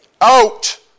Out